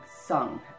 sung